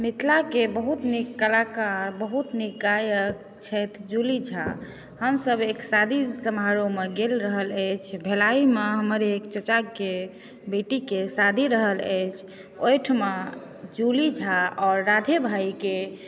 मिथिलाके बहुत नीक कलाकार बहुत नीक गायक छथि जूली झा हमसब एक शादी समारोहमे गेल रहल अछि भेलाहीमे हमर एक चचाके बेटीके शादी रहल अछि ओहिठाम जूली झा आओर राधे भाइके